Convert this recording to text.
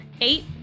eight